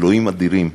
אלוהים אדירים.